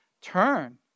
turn